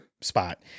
spot